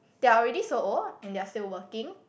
they're already so old and they're still working